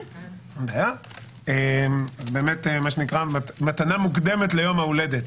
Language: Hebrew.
מתנה מוקדמת ליום ההולדת